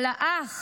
על האח